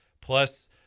Plus